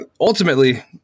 ultimately